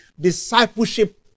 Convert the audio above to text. discipleship